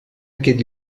aquest